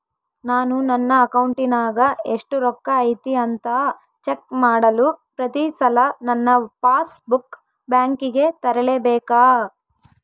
ನಾನು ನನ್ನ ಅಕೌಂಟಿನಾಗ ಎಷ್ಟು ರೊಕ್ಕ ಐತಿ ಅಂತಾ ಚೆಕ್ ಮಾಡಲು ಪ್ರತಿ ಸಲ ನನ್ನ ಪಾಸ್ ಬುಕ್ ಬ್ಯಾಂಕಿಗೆ ತರಲೆಬೇಕಾ?